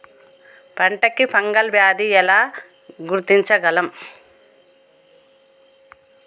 పంట కి ఫంగల్ వ్యాధి ని ఎలా గుర్తించగలం?